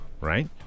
Right